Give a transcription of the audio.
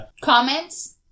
comments